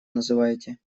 называете